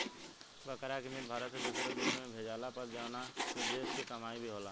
बकरा के मीट भारत से दुसरो देश में भेजाला पर जवना से देश के कमाई भी होला